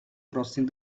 crossing